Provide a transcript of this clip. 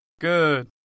Good